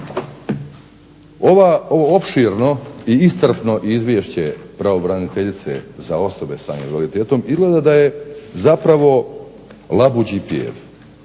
ovo opširno i iscrpno izvješće pravobraniteljice za osobe sa invaliditetom izgleda da je zapravo labuđi pjev.